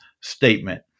statement